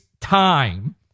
time